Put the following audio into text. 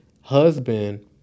husband